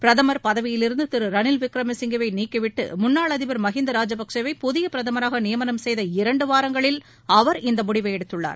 பிரதம் பதவியிலிருந்து திரு ரணில் விக்ரமசிங்கேவை நீக்கிவிட்டு முன்னாள் அதிபர் மகிந்தா ராஜபக்சேவை புதிய பிரதமராக நியமனம் செய்த இரண்டு வாரங்களில் அவர் இந்த முடிவை எடுத்துள்ளார்